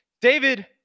David